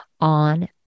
on